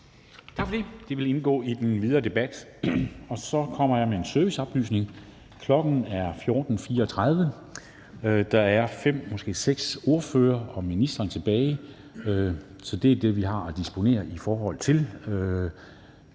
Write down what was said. Tak for det. Det vil indgå i den videre debat. Så kommer jeg med en serviceoplysning. Klokken er 14.34, og der er fem, måske seks ordførere og ministeren tilbage, så det er det, vi har at disponere i forhold til.